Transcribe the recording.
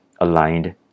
aligned